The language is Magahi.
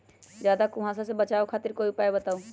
ज्यादा कुहासा से बचाव खातिर कोई उपाय बताऊ?